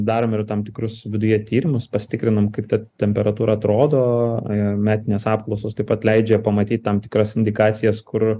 darome ir tam tikrus viduje tyrimus pasitikrinam kaip ta temperatūra atrodo metinės apklausos taip pat leidžia pamatyt tam tikras indikacijas kur